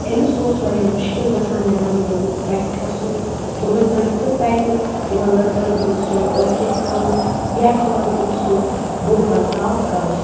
أمِس اوس وارِیاہ مُشکِل گَژھان نٮ۪بر نیرُن بَسہِ کھَسُن دۄہے دۄہے تہٕ تَتہِ تِمن لٔڑکن ہٕنٛز سۄ أکھۍ أکھۍ کَرُن یا تِمن ہُنٛد سُہ بُرٕ برتاو کَرُن